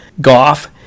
Goff